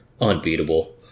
Unbeatable